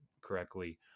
correctly